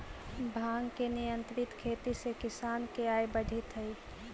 भाँग के नियंत्रित खेती से किसान के आय बढ़ित हइ